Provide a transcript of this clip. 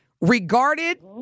regarded